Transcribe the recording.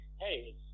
hey